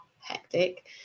hectic